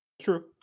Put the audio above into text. true